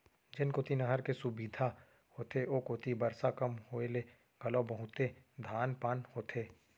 जेन कोती नहर के सुबिधा होथे ओ कोती बरसा कम होए ले घलो बहुते धान पान होथे